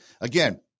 again